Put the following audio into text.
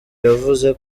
yavuze